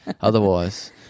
otherwise